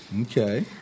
Okay